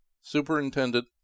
Superintendent